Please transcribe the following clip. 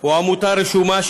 הוא עמותה רשומה,